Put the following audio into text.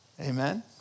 Amen